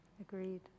Agreed